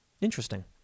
Interesting